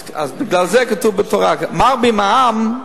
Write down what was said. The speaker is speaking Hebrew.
אז בגלל זה כתוב בתורה: "מרבים העם",